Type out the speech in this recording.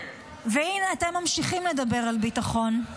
והינה, אם אתם ממשיכים לדבר על ביטחון,